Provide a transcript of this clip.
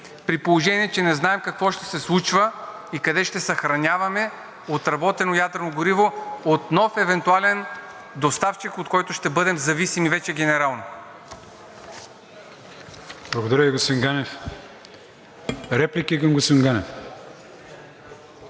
при положение че не знаем какво ще се случва и къде ще съхраняваме отработено ядрено гориво от нов евентуален доставчик, от който ще бъдем зависими вече генерално. ПРЕДСЕДАТЕЛ АТАНАС АТАНАСОВ: Благодаря Ви, господин Ганев. Реплики към господин Ганев?